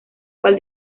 cual